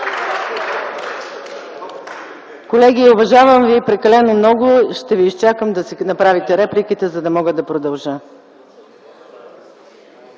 Колеги, уважавам ви прекалено много – ще ви изчакам да си направите репликите, за да мога да продължа.